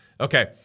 Okay